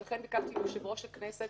ולכן ביקשתי מיושב-ראש הכנסת